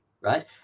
Right